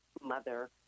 mother